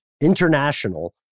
International